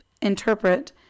interpret